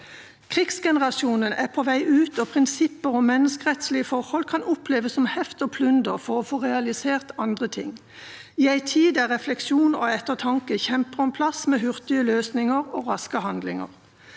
Krigsgenerasjonen er på vei ut, og prinsipper om menneskerettslige forhold kan oppleves som heft og plunder for å få realisert andre ting, i en tid der refleksjon og ettertanke kjemper om plass med hurtige løsninger og raske handlinger.